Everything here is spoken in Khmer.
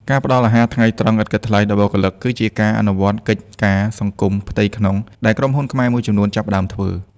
ការផ្ដល់ អាហារថ្ងៃត្រង់ ឥតគិតថ្លៃដល់បុគ្គលិក គឺជាការអនុវត្តកិច្ចការសង្គមផ្ទៃក្នុងដែលក្រុមហ៊ុនខ្មែរមួយចំនួនចាប់ផ្ដើមធ្វើ។